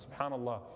SubhanAllah